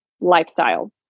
lifestyle